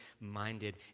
minded